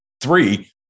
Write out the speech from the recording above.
three